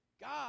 God